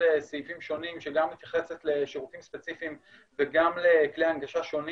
סעיפים שונים שגם מתייחסת לשירותים ספציפיים וגם לכלי הנגשה שונים